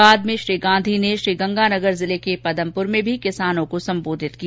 बाद में श्री गांधी ने श्रीगंगानगर जिले के पदमपुर में भी किसानों को संबोधित किया